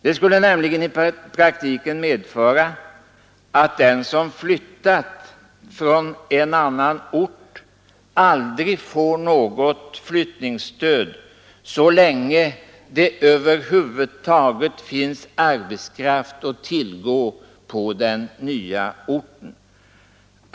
Det skulle nämligen i praktiken medföra att den som flyttat från en annan ort aldrig får något flyttningsstöd så länge det över huvud taget finns arbetskraft att tillgå på den nya orten.